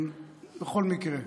בכל מקרה,